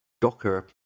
Docker